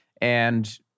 And-